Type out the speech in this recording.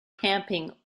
camping